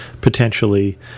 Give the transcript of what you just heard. potentially